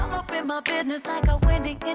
up in my business like a wendy